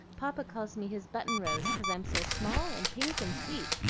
papa calls me his button-rose, cause i'm so small and pink and sweet,